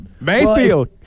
Mayfield